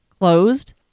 closed